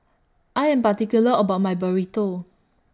I Am particular about My Burrito